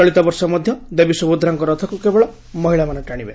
ଚଳିତବର୍ଷ ମଧ ଦେବୀ ସୁଭଦ୍ରାଙ୍କ ରଥକୁ କେବଳ ମହିଳାମାନେ ଟାଶିବେ